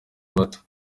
bato